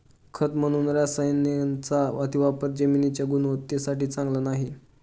खत म्हणून रसायनांचा अतिवापर जमिनीच्या गुणवत्तेसाठी चांगला नाही